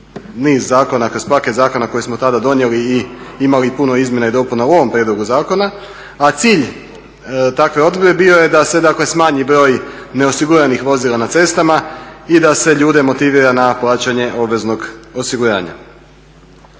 niz zakona, kroz paket zakona koji smo tada donijeli imali puno izmjena i dopuna u ovom prijedlogu zakona a cilj takve odluke bio je da se dakle smanji broj neosiguranih vozila na cestama i da se ljude motivira na plaćanje obveznog osiguranja.